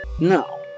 No